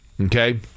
Okay